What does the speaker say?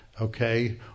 okay